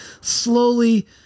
slowly